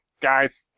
guys